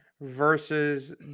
versus